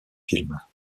films